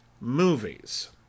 movies